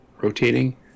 rotating